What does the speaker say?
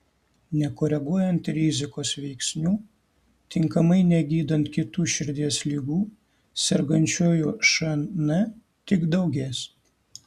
nekoreguojant rizikos veiksnių tinkamai negydant kitų širdies ligų sergančiųjų šn tik daugės